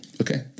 Okay